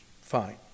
fine